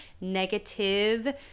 negative